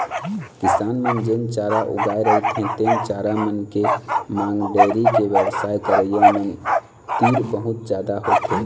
किसान मन जेन चारा उगाए रहिथे तेन चारा मन के मांग डेयरी के बेवसाय करइया मन तीर बहुत जादा होथे